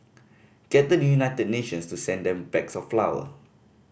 get the United Nations to send them bags of flour